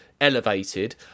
elevated